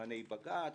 במבחני בג"ץ.